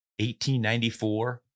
1894